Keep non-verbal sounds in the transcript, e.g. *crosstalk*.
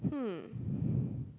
hmm *breath*